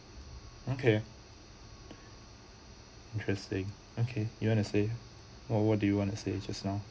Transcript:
okay interesting okay you want to say or what do you want to say just now